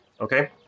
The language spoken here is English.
Okay